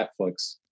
Netflix